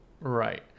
right